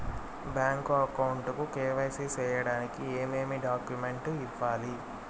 Bank account కు KYC సేయడానికి ఏమేమి డాక్యుమెంట్ ఇవ్వాలి?